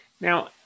Now